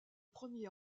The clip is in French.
premiers